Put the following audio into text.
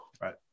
Right